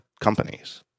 companies